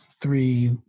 three